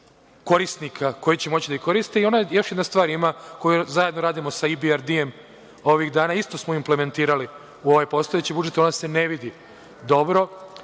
korisnika koji će moći da ih koriste. Još jedna stvar ima, a koju zajedno radimo sa EBRD ovih dana, isto smo implementirali u ovaj postojeći budžet. Ona se ne vidi dobro